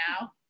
now